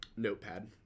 Notepad